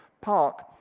park